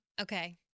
Okay